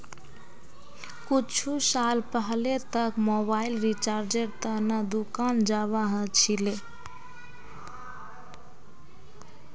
कुछु साल पहले तक मोबाइल रिचार्जेर त न दुकान जाबा ह छिले